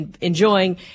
enjoying